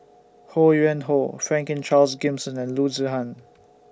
Ho Yuen Hoe Franklin Charles Gimson and Loo Zihan